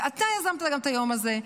ואתה יזמת גם את היום הזה.